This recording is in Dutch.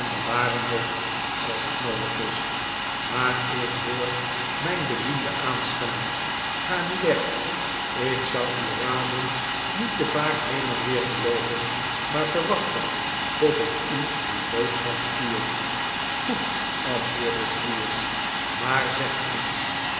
en bewaren ook als het noodig is maar ik hoor mijn bediende aanschellen ga nu weg ik zou u raden niet te vaak heen en weer te loopen maar te wachten tot ik u een boodschap stuur goed antwoordde squeers maar zeg eens